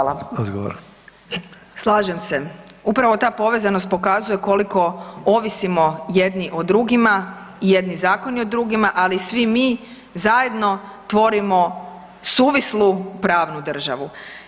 Slažem se, upravo ta povezanost pokazuje koliko ovisimo jedni o drugima i jedni zakoni o drugima, ali svi mi zajedno tvorimo suvislu pravnu državu.